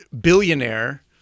billionaire